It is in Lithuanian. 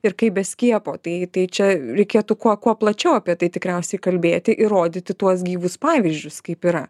ir kaip be skiepo tai tai čia reikėtų kuo kuo plačiau apie tai tikriausiai kalbėti įrodyti tuos gyvus pavyzdžius kaip yra